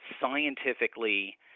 scientifically